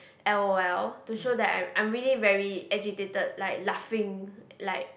L_O_L to show that I am I am really very agitated like laughing like